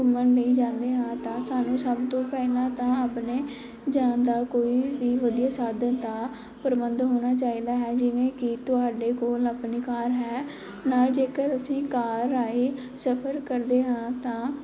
ਘੁੰਮਣ ਲਈ ਜਾਂਦੇ ਹਾਂ ਤਾਂ ਸਾਨੂੰ ਸਭ ਤੋਂ ਪਹਿਲਾਂ ਤਾਂ ਆਪਣੇ ਜਾਣ ਦਾ ਕੋਈ ਵੀ ਵਧੀਆ ਸਾਧਨ ਦਾ ਪ੍ਰਬੰਧ ਹੋਣਾ ਚਾਹੀਦਾ ਹੈ ਜਿਵੇਂ ਕਿ ਤੁਹਾਡੇ ਕੋਲ ਆਪਣੀ ਕਾਰ ਹੈ ਨਾਲ ਜੇਕਰ ਅਸੀਂ ਕਾਰ ਰਾਹੀਂ ਸਫ਼ਰ ਕਰਦੇ ਹਾਂ ਤਾਂ